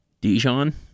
Dijon